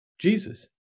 jesus